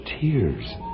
tears